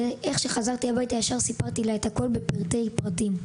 כשחזרתי הביתה סיפרתי לה הכול לפרטי פרטים.